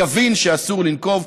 יבינו שאסור לנקוב,